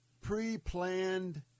pre-planned